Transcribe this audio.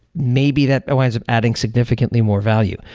maybe that ah ends up adding significantly more value.